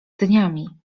dniami